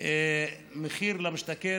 במכרז מחיר למשתכן.